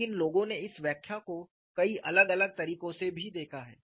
लेकिन लोगों ने इस व्याख्या को कई अलग अलग तरीकों से भी देखा है